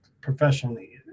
professionally